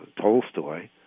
Tolstoy